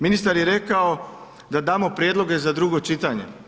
Ministar je rekao da damo prijedloge za drugo čitanje.